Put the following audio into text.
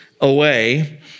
away